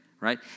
right